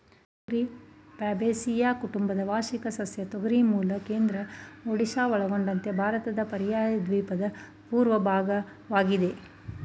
ತೊಗರಿ ಫ್ಯಾಬೇಸಿಯಿ ಕುಟುಂಬದ ವಾರ್ಷಿಕ ಸಸ್ಯ ತೊಗರಿ ಮೂಲ ಕೇಂದ್ರ ಒಡಿಶಾ ಒಳಗೊಂಡಂತೆ ಭಾರತದ ಪರ್ಯಾಯದ್ವೀಪದ ಪೂರ್ವ ಭಾಗವಾಗಿದೆ